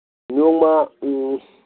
ꯅꯣꯡꯃ